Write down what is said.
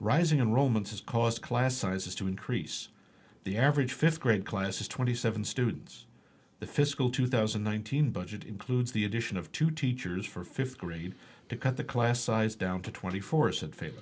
rising and romans has caused class sizes to increase the average fifth grade classes twenty seven students the fiscal two thousand one thousand budget includes the addition of two teachers for fifth grade to cut the class size down to twenty four said fa